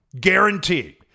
Guaranteed